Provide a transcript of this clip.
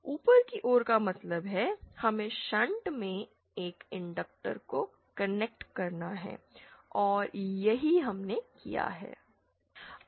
ऊपर की ओर का मतलब है कि हमें शंट में एक इनडंक्टर को कनेक्ट करना है और यही हमने किया है